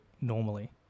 normally